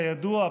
כידוע,